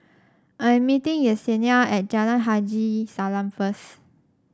I am meeting Yesenia at Jalan Haji Salam first